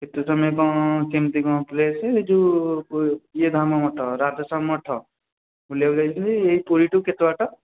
ସେଥିରେ ତୁମେ କ'ଣ କେମିତି କ'ଣ ପ୍ଲେସ୍ ଏ ଯେଉଁ ୟେ ଧାମ ମଠ ରାଧା ଶ୍ୟାମ ମଠ ବୁଲିବାକୁ ଯାଇଥିଲି ଏଇ ପୁରୀଠୁ କେତେ ବାଟ